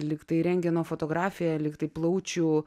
lyg tai rentgeno fotografija liktai plaučių